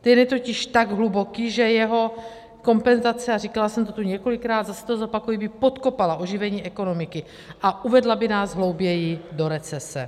Ten je totiž tak hluboký, že jeho kompenzace, a říkala jsem to tu několikrát a zase to zopakuji, by podkopala oživení ekonomiky a uvedla by nás hlouběji do recese.